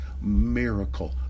Miracle